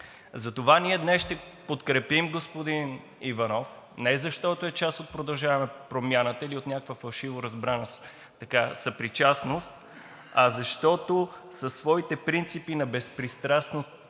Затова ние днес ще подкрепим господин Иванов не защото е част от „Продължаваме Промяната“ или от някаква фалшиво разбрана съпричастност, а защото със своите принципи на безпристрастност